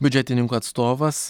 biudžetininkų atstovas